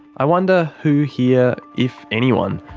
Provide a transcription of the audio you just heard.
i wonder who here, if anyone,